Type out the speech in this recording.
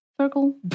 Circle